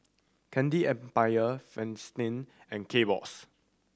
Candy Empire Fristine and Kbox